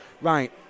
Right